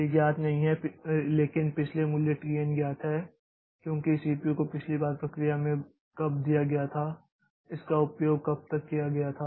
यह ज्ञात नहीं है लेकिन पिछले मूल्य t n ज्ञात है क्योंकि सीपीयू को पिछली बार प्रक्रिया में कब दिया गया था इसका उपयोग कब तक किया था